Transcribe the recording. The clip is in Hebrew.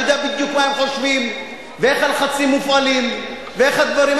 אני יודע בדיוק מה הם חושבים ואיך הלחצים מופעלים ואיך הדברים.